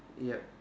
yup